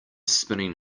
spinning